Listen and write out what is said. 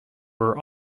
were